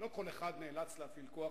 לא כל אחד נאלץ להפעיל כוח,